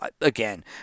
Again